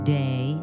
day